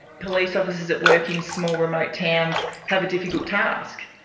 police officers that work in small remote towns have a difficult task.